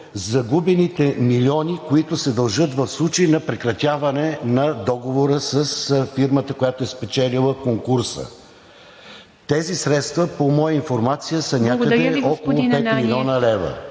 загубените милиони, които се дължат в случай на прекратяване на договора с фирмата, която е спечелила конкурса? Тези средства по моя информация са някъде… ПРЕДСЕДАТЕЛ